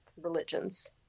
religions